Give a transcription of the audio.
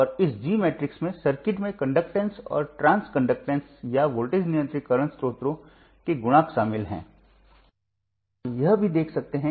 तो नियंत्रक के पार वोल्टेज के संदर्भ में नियंत्रण धारा को व्यक्त किया जा सकता है